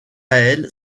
elle